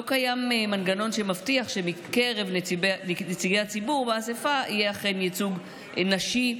לא קיים מנגנון שמבטיח שמקרב נציגי הציבור באספה יהיה אכן ייצוג נשי,